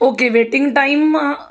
okay waiting time